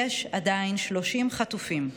יש עדיין 30 חטופים,